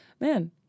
Man